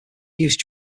use